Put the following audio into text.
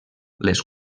les